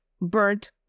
burnt